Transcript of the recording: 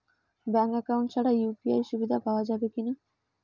Bank account ছাড়া UPI সুবিধা পাওয়া যাবে কি না?